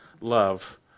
love